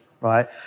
right